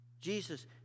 Jesus